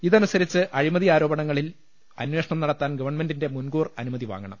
ഇതനുസരിച്ച് അഴിമതി ആരോപണങ്ങളിൽ അന്വേഷണം നടത്താൻ ഗവൺമെന്റിന്റെ മുൻകൂർ അനുമതി വാങ്ങണം